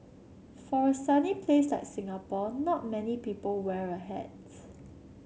for a sunny place like Singapore not many people wear a hats